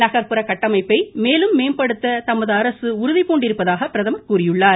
நகர்ப்புற கட்டமைப்பை மேலும் மேம்படுத்த தமது அரசு உறுதிபூண்டிருப்பதாக பிரதமர் கூறியுள்ளார்